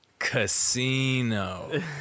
casino